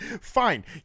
Fine